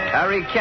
Harry